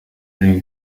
lil